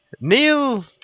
Neil